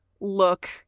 look